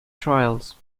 trials